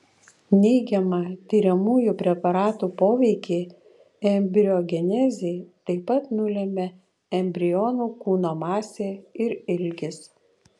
neigiamą tiriamųjų preparatų poveikį embriogenezei taip pat nulemia embrionų kūno masė ir ilgis